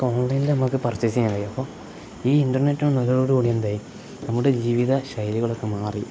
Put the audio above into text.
അപ്പം ഓൺലൈനിൽ നമുക്ക് പർച്ചേസ ചെയ്യാൻ കഴിയും അപ്പോൾ ഈ ഇൻറർനെറ്റ് വന്നതോട് കൂടി എന്തായി നമ്മുടെ ജീവിത ശൈലികളൊക്കെ മാറി